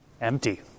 Empty